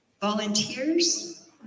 volunteers